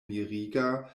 miriga